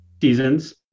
seasons